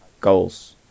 goals